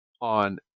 on